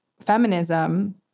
feminism